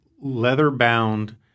leather-bound